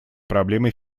проблемы